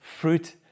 fruit